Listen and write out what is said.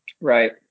Right